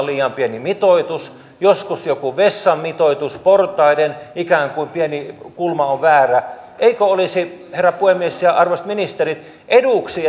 liian pieni mitoitus joskus joku vessan mitoitus portaiden ikään kuin pieni kulma on väärä eikö olisi herra puhemies ja arvoisat ministerit eduksi